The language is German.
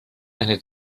eine